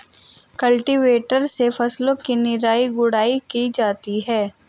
cultivator से फसलों की निराई गुड़ाई की जाती है